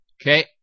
Okay